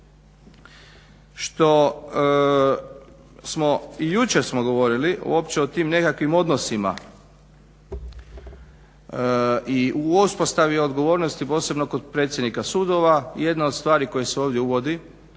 što smo i jučer govorili uopće o tim nekakvim odnosima i u uspostavi odgovornosti posebno kod predsjednika sudova jedna od stvari koje se ovdje uvodi